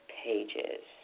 pages